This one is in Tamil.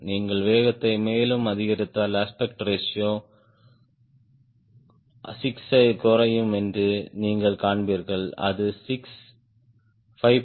நீங்கள் வேகத்தை மேலும் அதிகரித்தால் அஸ்பெக்ட் ரேஷியோ 6 ஐக் குறைக்கும் என்று நீங்கள் காண்பீர்கள் அது 6 5